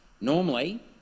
Normally